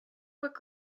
book